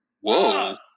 whoa